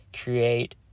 create